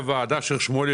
עליו, הסתירו את זה ממני.